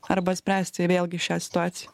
arba spręsti vėlgi šią situaciją